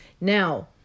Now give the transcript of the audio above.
Now